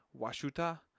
washuta